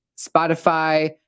Spotify